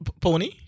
Pony